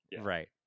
right